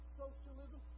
socialism